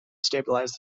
stabilize